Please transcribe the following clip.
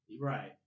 Right